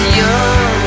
young